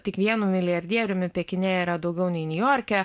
tik vienu milijardieriumi pekine yra daugiau nei niujorke